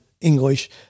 English